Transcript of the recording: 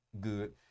good